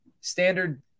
standard